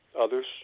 Others